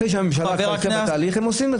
אחרי שהממשלה התחילה תהליך הם עושים את זה.